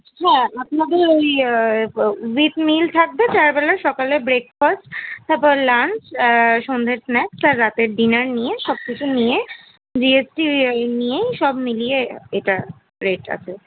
হ্যাঁ আপনাদের ওই বিগ মিল থাকবে চার বেলার সকালে ব্রেকফাস্ট তারপর লাঞ্চ সন্ধের স্ন্যাক্স আর রাতের ডিনার নিয়ে সবকিছু নিয়ে জিএসটি ওই নিয়েই সব মিলিয়ে এটা রেট আছে